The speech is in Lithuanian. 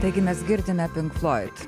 taigi mes girdime pink floyd